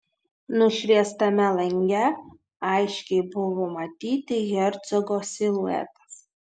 nušviestame lange aiškiai buvo matyti hercogo siluetas